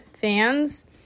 fans